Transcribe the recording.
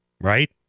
right